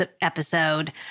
episode